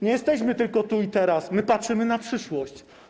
Nie jesteśmy tylko tu i teraz, my patrzymy na przyszłość.